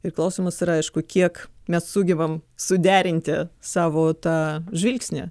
ir klausimas yra aišku kiek mes sugebam suderinti savo tą žvilgsnį